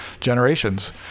generations